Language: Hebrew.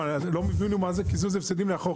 לא כולם הבינו מה זה קיזוז הפסדים מהחוק.